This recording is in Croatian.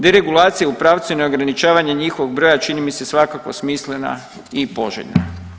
Deregulacija u pravcu neograničavanja njihovog broja čini mi se svakako smislena i poželjna.